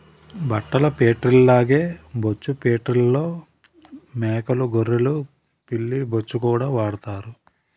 బట్టల ఫేట్రీల్లాగే బొచ్చు ఫేట్రీల్లో మేకలూ గొర్రెలు పిల్లి బొచ్చుకూడా వాడతారట